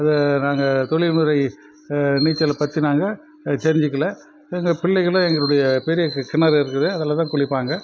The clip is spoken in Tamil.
நாங்கள் தொழில் முறை நீச்சலை பற்றி நாங்கள் தெரிஞ்சுக்கிலை எங்கள் பிள்ளைகளும் எங்களுடைய பெரிய கி கிணறு இருக்குது அதில்தான் குளிப்பாங்க